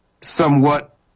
somewhat